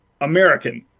American